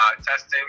testing